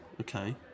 Okay